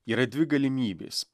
yra dvi galimybės